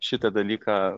šitą dalyką